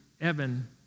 Evan